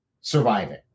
surviving